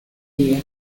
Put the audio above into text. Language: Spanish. día